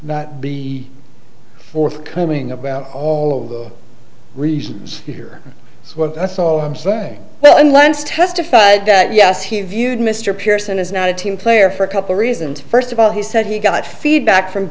not be forthcoming about all reasons you're welcome that's all i'm saying well unless testified that yes he viewed mr pearson as not a team player for a couple reasons first of all he said he got feedback from